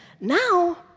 Now